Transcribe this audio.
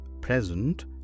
present